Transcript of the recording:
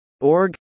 Org